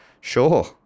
Sure